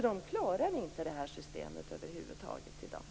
De klarar inte det här systemet över huvud taget i dag.